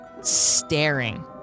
staring